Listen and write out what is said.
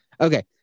Okay